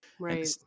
Right